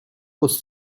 was